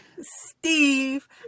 Steve